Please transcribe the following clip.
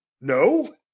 No